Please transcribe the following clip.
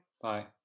Bye